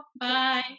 Bye